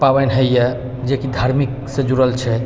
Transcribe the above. पाबनि होइए जेकि धार्मिकसँ जुड़ल छै